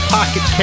Pocket